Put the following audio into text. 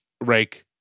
Rake